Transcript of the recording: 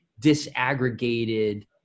disaggregated